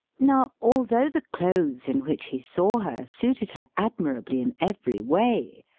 now, although the clothes in which he saw her suited her admirably in every way,